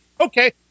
Okay